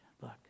look